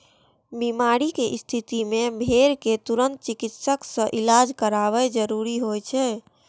बीमारी के स्थिति मे भेड़ कें तुरंत चिकित्सक सं इलाज करायब जरूरी होइ छै